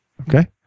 Okay